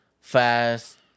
Fast